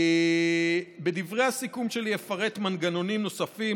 בדברי הסיכום שלי אפרט מנגנונים נוספים,